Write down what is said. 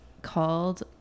called